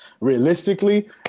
Realistically